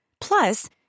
Plus